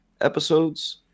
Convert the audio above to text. episodes